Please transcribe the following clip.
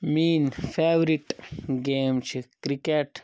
میٛٲنۍ favourite game چھِ cricket